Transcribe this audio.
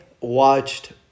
watched